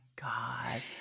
God